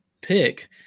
pick